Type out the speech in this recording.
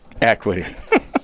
Equity